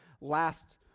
last